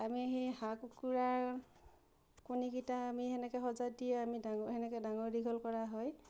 আমি সেই হাঁহ কুকুৰাৰ কণীকেইটা আমি সেনেকৈ সঁজাত দিয়ে আমি সেনেকৈ ডাঙৰ দীঘল কৰা হয়